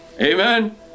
Amen